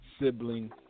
sibling